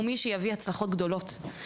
הוא מי שיביא הצלחות גדולות.